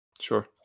Sure